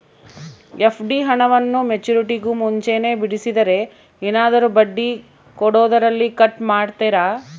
FD ಹಣವನ್ನು ಮೆಚ್ಯೂರಿಟಿಗೂ ಮುಂಚೆನೇ ಬಿಡಿಸಿದರೆ ಏನಾದರೂ ಬಡ್ಡಿ ಕೊಡೋದರಲ್ಲಿ ಕಟ್ ಮಾಡ್ತೇರಾ?